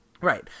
Right